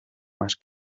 más